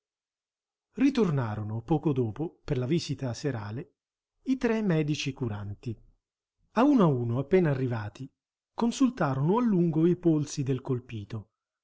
ritornarono poco dopo per la visita serale i tre medici curanti a uno a uno appena arrivati consultarono a lungo i polsi del colpito